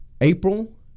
April